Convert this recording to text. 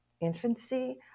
infancy